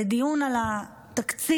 בדיון על התקציב